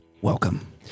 welcome